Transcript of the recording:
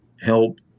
help